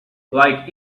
like